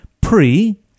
Pre